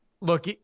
look